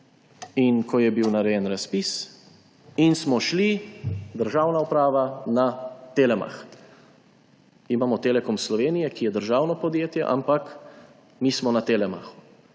in ko je bil narejen razpis, je šla državna uprava na Telemach. Imamo Telekom Slovenije, ki je držano podjetje, ampak mi smo na Telemachu.